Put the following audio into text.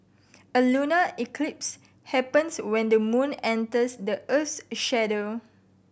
a lunar eclipse happens when the moon enters the earth's a shadow